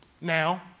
now